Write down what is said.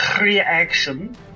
Reaction